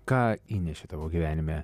ką įnešė tavo gyvenime